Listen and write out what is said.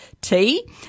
tea